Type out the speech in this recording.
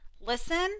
listen